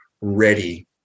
ready